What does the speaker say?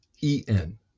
E-N